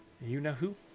you-know-who